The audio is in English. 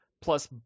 Plus